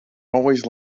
always